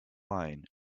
lying